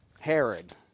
Herod